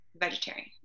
vegetarian